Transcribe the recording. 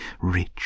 rich